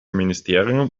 ministerium